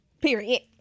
Period